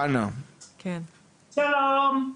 שלום.